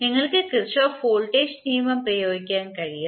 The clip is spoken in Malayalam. നിങ്ങൾക്ക് കിർചോഫ് വോൾട്ടേജ് നിയമം പ്രയോഗിക്കാൻ കഴിയും